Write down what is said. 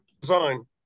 design